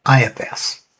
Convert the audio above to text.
IFS